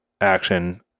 action